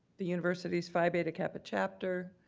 the university's phi beta kappa chapter,